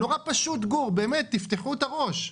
נורא פשוט, גור, באמת, תפתחו את הראש.